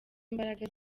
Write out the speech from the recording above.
imbaraga